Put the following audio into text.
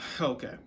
Okay